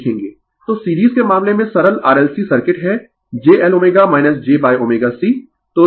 Refer slide Time 1955 तो series के मामले में सरल RLC सर्किट है jLω jωC